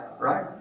Right